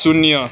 शून्य